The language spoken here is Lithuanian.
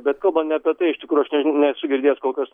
bet kalbant ne apie tai iš tikrųjų aš nežinau nesu girdėjęs kolkas